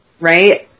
right